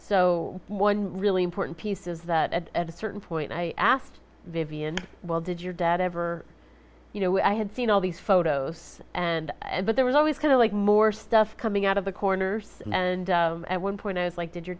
so one really important piece is that at a certain point i asked vivian well did your dad ever you know i had seen all these photos and but there was always kind of like more stuff coming out of the corners and at one point i was like did your